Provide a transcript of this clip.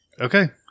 Okay